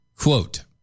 Quote